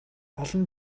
олон